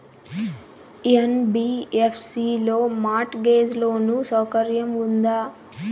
NBFC లో mortgage loan సౌకర్యం ఉందా?